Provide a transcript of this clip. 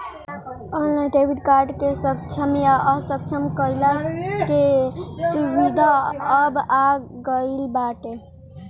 online debit card के सक्षम या असक्षम कईला के सुविधा अब आ गईल बाटे